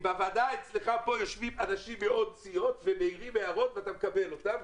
בוועדה אצלך כאן יושבים אנשים מעוד סיעות ומעירים הערות ואתה מקבל אותן,